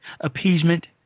Appeasement